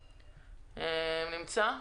בבקשה.